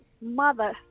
mother